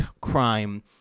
crime